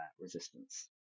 resistance